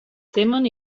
temen